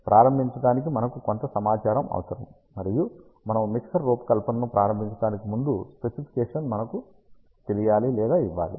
ప్రారంభించడానికి మనకు కొంత సమాచారము అవసరం మరియు మనము మిక్సర్ రూపకల్పనను ప్రారంభించడానికి ముందు స్పెసిఫికేషన్ మనకు తెలియాలి లేదా ఇవ్వాలి